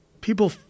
people